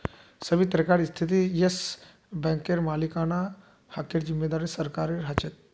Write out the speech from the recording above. सभी तरहकार स्थितित येस बैंकेर मालिकाना हकेर जिम्मेदारी सरकारेर ह छे